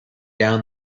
down